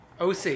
OC